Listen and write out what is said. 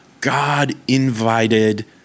God-invited